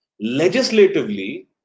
Legislatively